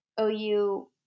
OU